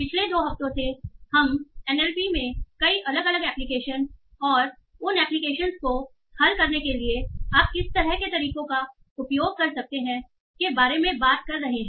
पिछले दो हफ्तों से हम एनएलपी में कई अलग अलग एप्लीकेशन और उन एप्लीकेशन को हल करने के लिए आप किस तरह के तरीकों का उपयोग कर सकते हैं के बारे में बात कर रहे हैं